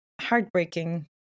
heartbreaking